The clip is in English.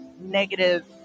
negative